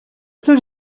все